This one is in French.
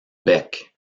beck